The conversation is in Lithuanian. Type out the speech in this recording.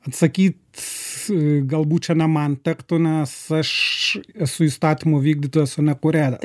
atsakyt galbūt čia ne man tektų nes aš esu įstatymų vykdytojas o ne kūrėjas